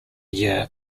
year